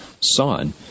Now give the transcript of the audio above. son